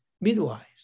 Midwives